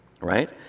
right